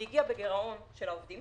היא הגיעה בגירעון של העובדים